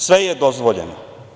Sve je dozvoljeno.